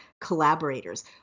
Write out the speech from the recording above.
collaborators